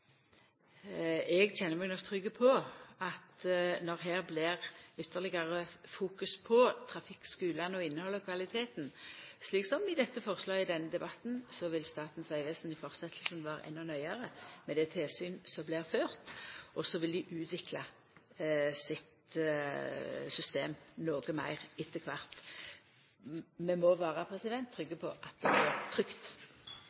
eg kjenner meg nok trygg på at når det blir ytterlegare fokus på trafikkskulane og innhaldet og kvaliteten – slik som i dette forslaget i denne debatten – vil Statens vegvesen framover vera endå nøyare med det tilsynet som blir ført, og så vil dei utvikla sitt system noko meir etter kvart. Vi må vera